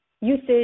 usage